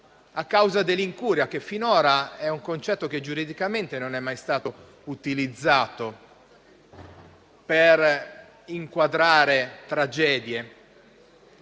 a causa dell'incuria, che finora è un concetto che giuridicamente non è mai stato utilizzato per inquadrare tragedie.